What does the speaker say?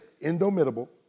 indomitable